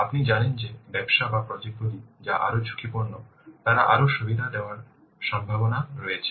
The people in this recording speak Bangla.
আপনি জানেন যে ব্যবসা বা প্রজেক্ট গুলি যা আরও ঝুঁকিপূর্ণ তারা আরও সুবিধা দেওয়ার সম্ভাবনা রয়েছে